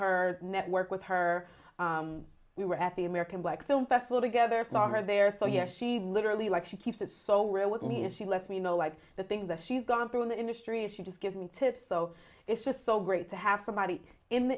her network with her we were at the american black film festival together longer there so yes she literally like she keeps it so real with me as she lets me know like the things that she's gone through in the industry and she just giving tips so it's just so great to have somebody in the